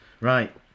Right